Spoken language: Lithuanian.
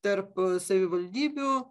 tarp savivaldybių